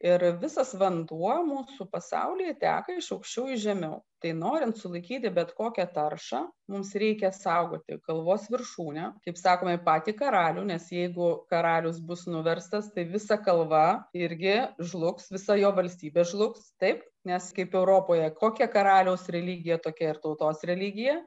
ir visas vanduo mūsų pasaulyje teka iš aukščiau į žemiau tai norint sulaikyti bet kokią taršą mums reikia saugoti kalvos viršūnę kaip sakoma patį karalių nes jeigu karalius bus nuverstas tai visa kalva irgi žlugs visa jo valstybė žlugs taip nes kaip europoje kokia karaliaus religija tokia ir tautos religija